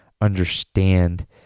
understand